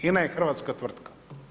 INA je hrvatska tvrtka.